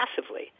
massively